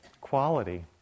quality